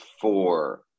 four